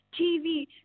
TV